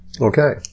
Okay